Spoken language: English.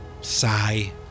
sigh